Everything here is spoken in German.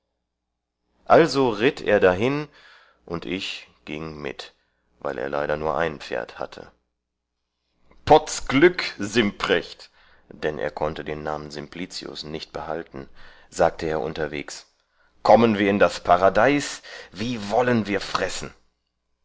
also ritt er dahin und ich gieng mit weil er leider nur ein pferd hatte potz glück simprecht dann er konnte den namen